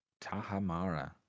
Tahamara